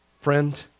Friend